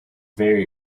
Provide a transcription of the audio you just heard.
very